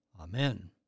Amen